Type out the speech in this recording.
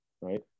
right